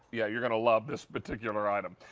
yeah you're gonna love this particular item.